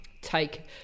take